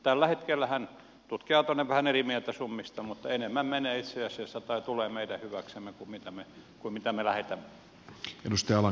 tällä hetkellähän tutkijat ovat vähän eri mieltä summista mutta enemmän tulee itse asiassa meidän hyväksemme kuin mitä me lähetämme